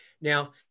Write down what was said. Now